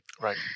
Right